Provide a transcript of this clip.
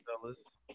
fellas